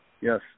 Yes